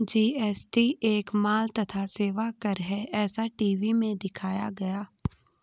GST एक माल तथा सेवा कर है ऐसा टी.वी में दिखाया गया